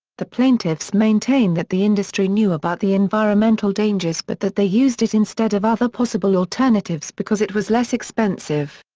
the plaintiffs maintain that the industry knew about the environmental dangers but that they used it instead of other possible alternatives because it was less expensive.